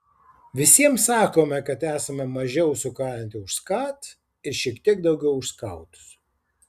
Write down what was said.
visiems sakome kad esame mažiau sukarinti už skat ir šiek tiek daugiau už skautus